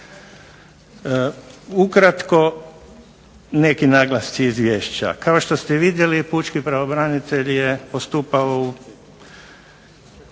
Ukratko neki naglasci izvješća. Kao što ste vidjeli, pučki pravobranitelj je postupao u